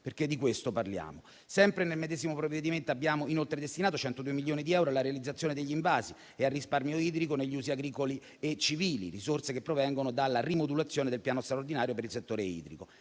perché di questo parliamo. Sempre nel medesimo provvedimento abbiamo inoltre destinato 102 milioni di euro alla realizzazione degli invasi e al risparmio idrico negli usi agricoli e civili; risorse che provengono dalla rimodulazione del piano straordinario per il settore idrico.